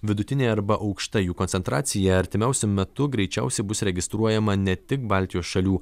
vidutinė arba aukšta jų koncentracija artimiausiu metu greičiausiai bus registruojama ne tik baltijos šalių